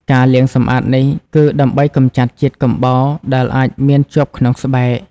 ការលាងសម្អាតនេះគឺដើម្បីកម្ចាត់ជាតិកំបោរដែលអាចមានជាប់ក្នុងស្បែក។